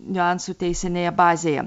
niuansų teisinėje bazėje